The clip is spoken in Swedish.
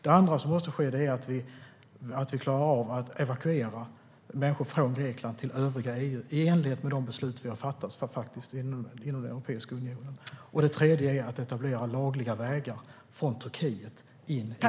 Det andra som måste ske är att vi klarar av att evakuera människor från Grekland till övriga EU i enlighet med de beslut som vi har fattat inom Europeiska unionen. Det tredje är att etablera lagliga vägar från Turkiet in i EU.